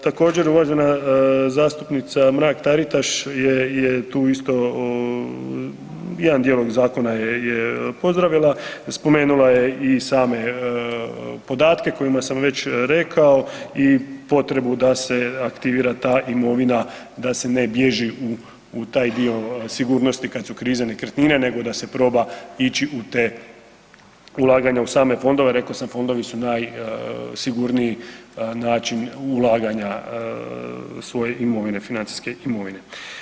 Također uvažena zastupnica Mrak-Taritaš je tu isto jedan dijalog zakona je pozdravila, spomenula je i same podatke o kojima sam već rekao i potrebu da se aktivira ta imovina da se ne bježi u taj dio sigurnosti kad su krize nekretnina nego da se proba ići u te, ulaganja u same fondove, reko sam fondovi su najsigurniji način ulaganja svoje imovine, financijske imovine.